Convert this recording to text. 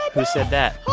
who said that?